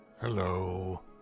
Hello